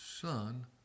Son